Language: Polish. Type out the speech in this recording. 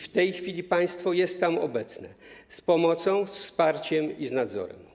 W tej chwili państwo jest tam obecne: z pomocą, ze wsparciem i z nadzorem.